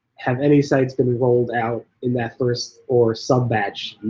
have any sites been rolled out in that first or sub-batch,